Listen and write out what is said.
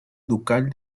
ducal